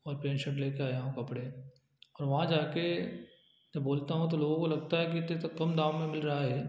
और pant shirt ले के आया हूँ कपड़े और वहाँ जाकर मैं बोलता हूँ तो लोगों को लगता है कि इतने तो कम दाम में मिल रहा है